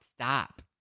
stop